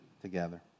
together